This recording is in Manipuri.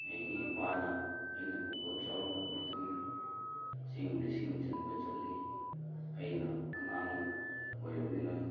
ꯑꯩꯒꯤ ꯏꯄꯥꯅ ꯑꯩꯅ ꯄꯨꯡꯀꯛ ꯆꯥꯎꯔꯛꯄ ꯃꯇꯝꯗ ꯆꯤꯡꯗ ꯁꯤꯡ ꯆꯟꯕ ꯆꯠꯂꯤ ꯑꯩꯅ ꯑꯉꯥꯡ ꯑꯣꯏꯔꯤꯕꯅꯤꯅ